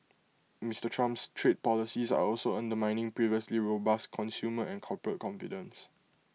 Mister Trump's trade policies are also undermining previously robust consumer and corporate confidence